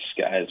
guys